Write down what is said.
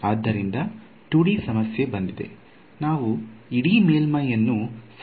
ಆದ್ದರಿಂದ 2 ಡಿ ಸಮಸ್ಯೆ ಬಂದಿದೆ ನಾವು ಇಡೀ ಮೇಲ್ಮೈಯನ್ನು ಸಂಯೋಜಿಸಿದ್ದೇವೆ